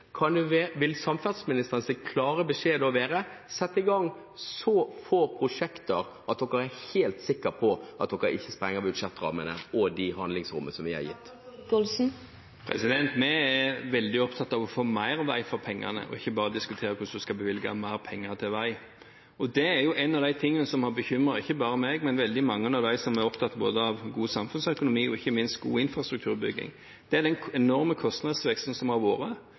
kan få mer penger bevilget enn det man egentlig har fått tildelt – vil samferdselsministerens klare beskjed da være at man skal sette i gang så få prosjekter at man er helt sikker på at man ikke sprenger budsjettrammene og det handlingsrommet som er gitt? Vi er veldig opptatt av å få mer vei for pengene, ikke bare diskutere hvordan vi skal bevilge mer penger til vei. Én av de tingene som har bekymret ikke bare meg, men også veldig mange av dem som er opptatt av god samfunnsøkonomi og ikke minst god infrastrukturbygging, er den enorme kostnadsveksten som har vært.